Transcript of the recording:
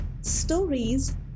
stories